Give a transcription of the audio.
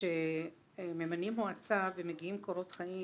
כשממנים מועצה ומגיעים קורות חיים,